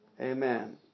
Amen